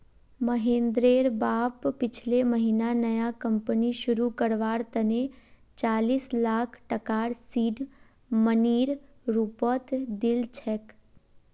महेंद्रेर बाप पिछले महीना नया कंपनी शुरू करवार तने चालीस लाख टकार सीड मनीर रूपत दिल छेक